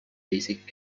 basic